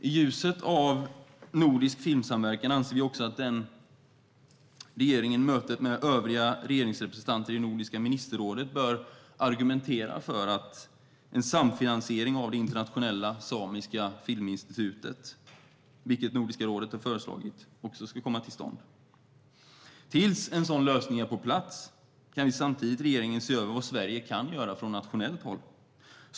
I ljuset av nordisk filmsamverkan anser vi också att regeringen i mötet med övriga regeringsrepresentanter i Nordiska ministerrådet bör argumentera för att en samfinansiering av det internationella samiska filminstitutet, vilket Nordiska rådet föreslagit, ska komma till stånd. Tills en sådan lösning är på plats kan regeringen samtidigt se över vad Sverige kan göra från nationellt håll.